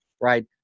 right